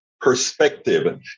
perspective